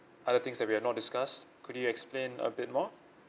other things that we have not discussed could you explain a bit more